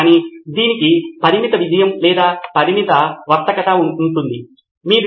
నేను మీతో గమనికలను పంచుకోవాలనుకుంటే నేను మీతో భాగస్వామ్యం చేయాలనుకుంటున్నాను అందరికీ కాదు